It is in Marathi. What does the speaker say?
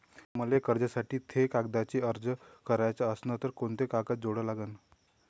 मले कर्जासाठी थे कागदी अर्ज कराचा असन तर कुंते कागद जोडा लागन?